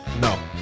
No